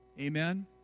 Amen